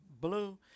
blue